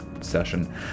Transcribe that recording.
session